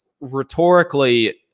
rhetorically